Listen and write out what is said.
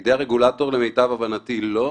בידי הרגולטור, למיטב הבנתי, לא.